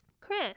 Chris